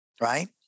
right